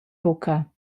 buca